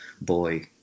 boy